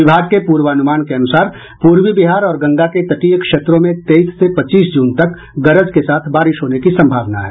विभाग के पूर्वान्मान के अनुसार पूर्वी बिहार और गंगा के तटीय क्षेत्रों में तेईस से पच्चीस जून तक गरज के साथ बारिश होने की सम्भावना है